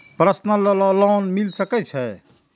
Personal loan मिल सके छे?